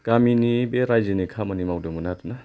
गामिनि बे रायजोनि खामानि मावदोंमोन आरो ना